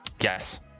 yes